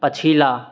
पछिला